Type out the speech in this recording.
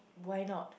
why not